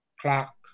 clock